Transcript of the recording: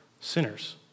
sinners